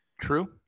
True